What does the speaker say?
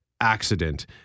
accident